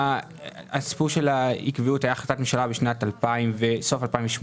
הסיפור של העקביות, הייתה החלטת ממשלה בסוף 2018